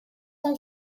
com